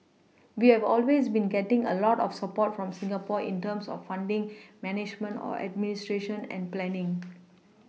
we have always been getting a lot of support from Singapore in terms of funding management or administration and planning